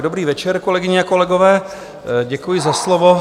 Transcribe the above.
Dobrý večer, kolegyně a kolegové, děkuji za slovo.